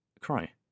cry